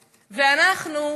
ואנחנו,